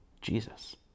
Jesus